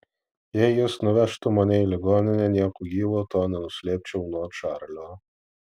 jei jis nuvežtų mane į ligoninę nieku gyvu to nenuslėpčiau nuo čarlio